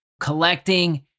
collecting